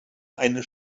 eine